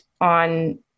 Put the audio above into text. on